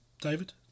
David